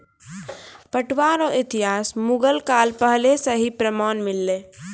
पटुआ रो इतिहास मुगल काल पहले से ही प्रमान मिललै